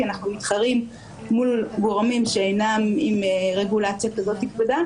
כי אנחנו מתחרים מול גורמים שאינם עם רגולציה כזאת כבדה,